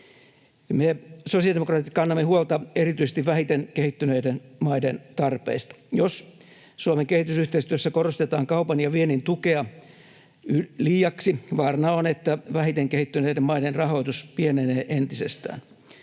Me sosiaalidemokraatit kannamme huolta erityisesti vähiten kehittyneiden maiden tarpeista. Jos Suomen kehitysyhteistyössä korostetaan kaupan ja viennin tukea liiaksi, vaarana on, että vähiten kehittyneiden maiden rahoitus pienenee entisestään.